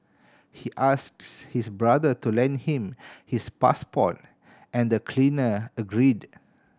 he asks his brother to lend him his passport and the cleaner agreed